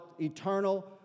eternal